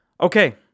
okay